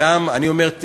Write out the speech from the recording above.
אני אומר,